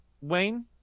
Wayne